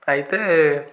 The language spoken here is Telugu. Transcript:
అయితే